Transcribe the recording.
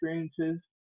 experiences